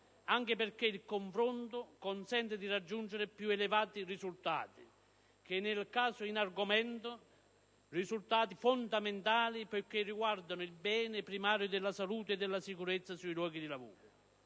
anche perché il confronto consente di raggiungere più elevati risultati che, nel caso in argomento, sono fondamentali in quanto riguardano il bene primario della salute e della sicurezza sui luoghi di lavoro.